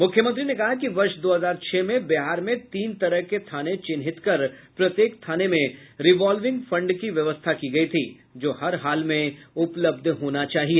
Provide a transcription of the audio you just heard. मुख्यमंत्री ने कहा कि वर्ष दो हजार छह में बिहार में तीन तरह के थाने चिन्हित कर प्रत्येक थानों में रिवॉल्विंग फंड की व्यवस्था की गयी थी जो हर हाल में उपलब्ध होना चाहिए